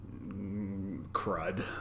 Crud